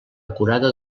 acurada